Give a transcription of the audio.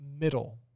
middle